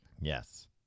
Yes